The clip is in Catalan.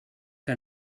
que